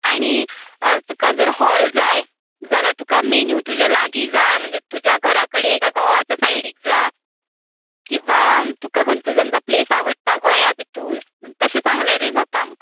आनी तुका जर हॉल जाय जाल्या रतुका मेन्यू तुज्या लागीं जाय म्हणजे तुज्या घरा कडेन काय तुज्या घोवाच्या सायडीक जाय किंवा तुका खंयचो समजा प्लेस आवडटा गोंया भितूर तशें सांगल्यारूय जाता आमकां